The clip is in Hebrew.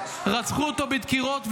רצחו אותו בדקירות,